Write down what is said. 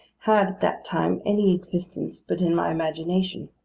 had, at that time, any existence but in my imagination.